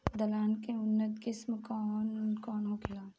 दलहन के उन्नत किस्म कौन कौनहोला?